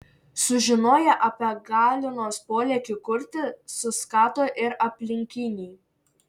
sužinoję apie galinos polėkį kurti suskato ir aplinkiniai